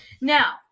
Now